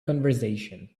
conversation